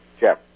Jeff